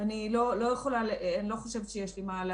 פה בכלל שאלה.